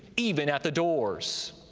even at the doors.